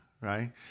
right